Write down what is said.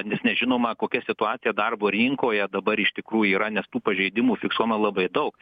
nes nežinoma kokia situacija darbo rinkoje dabar iš tikrųjų yra nes tų pažeidimų fiksuojama labai daug